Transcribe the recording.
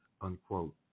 unquote